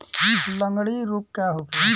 लगंड़ी रोग का होखे?